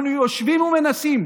אנחנו יושבים ומנסים,